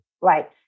Right